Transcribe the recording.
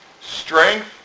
strength